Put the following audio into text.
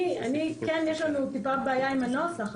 כן יש לנו טיפה בעיה עם הנוסח,